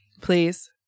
Please